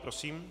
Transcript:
Prosím.